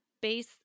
base